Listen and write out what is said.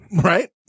right